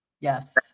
yes